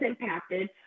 impacted